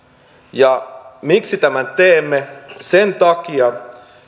ja miksi tämän teemme sen takia